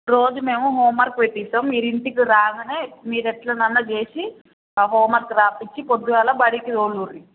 రోజు మేము హోంవర్క్ పెట్టిస్తాం మీరు ఇంటికి రాగానే మీరు ఎట్లానైనా చేసి ఆ హోంవర్క్ రాయపించి పొద్దుగాల బడికి తోలుడ్రి